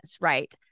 right